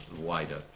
wider